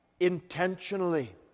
intentionally